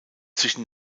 zwischen